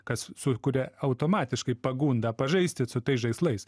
kas sukuria automatiškai pagundą pažaisti su tais žaislais